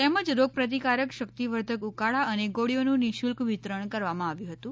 તેમજ રોગપ્રતિકારક શક્તિવર્ધક ઉકાળા અને ગોળીઓનું નિશુલ્ક વિતરણ કરવામાં આવ્યું હતું